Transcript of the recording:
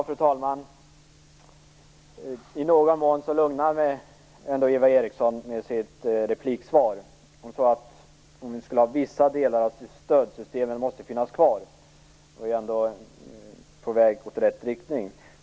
Fru talman! I någon mån lugnar Eva Eriksson mig med sitt repliksvar. Hon sade att vissa delar av stödsystemen måste finnas kvar, och då är vi ändå på väg i rätt riktning.